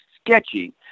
sketchy